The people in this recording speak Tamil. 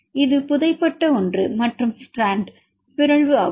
இது புதை பட்ட ஒன்று மற்றும் ஒரு ஸ்ட்ராண்ட் பிறழ்வு ஆகும்